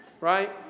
right